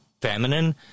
feminine